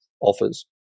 offers